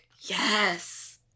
Yes